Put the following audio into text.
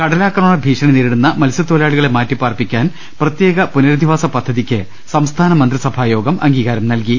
കടലാക്രമണഭീഷണി നേരിടുന്ന മത്സൃത്തൊഴിലാളികളെ മാറ്റി പ്പാർപ്പിക്കാൻ പ്രത്യേക പുനരധിവാസ പദ്ധതിക്ക് സംസ്ഥാന മന്ത്രി സഭായോഗം അംഗീകാരം നൽകി